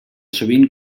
sovint